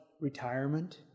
retirement